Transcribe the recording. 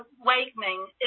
awakening